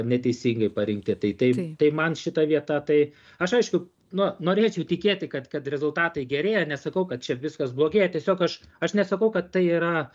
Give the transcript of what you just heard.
neteisingai parinkti tai tai tai man šita vieta tai aš aišku na norėčiau tikėti kad kad rezultatai gerėja nesakau kad čia viskas blogėja tiesiog aš aš nesakau kad tai yra